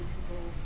people